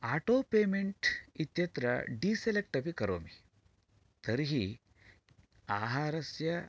auto payment इत्यत्र deselect अपि करोमि तर्हि आहारस्य